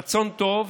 רצון טוב